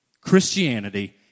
Christianity